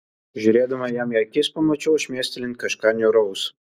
žiūrėdama jam į akis pamačiau šmėstelint kažką niūraus